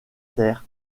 terre